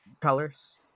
colors